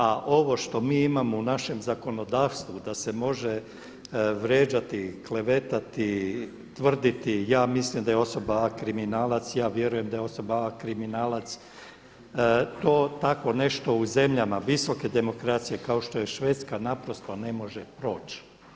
A ovo što mi imamo u našem zakonodavstvu da se može vrijeđati, klevetati, tvrditi ja mislim da je osoba A kriminalac, ja vjerujem da je osoba A kriminalac to tako nešto u zemljama visoke demokracije kao što je Švedska naprosto ne može proći.